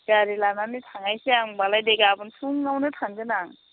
गारि लानानै थांनायसै आं होनबालाय दे गाबोन फुङावनो थांगोन आं